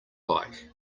like